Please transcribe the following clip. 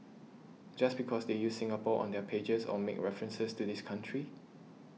just because they use Singapore on their pages or make references to this country